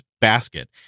basket